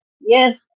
yes